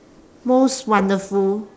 most wonderful